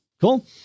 Cool